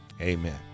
Amen